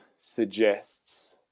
suggests